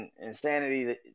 insanity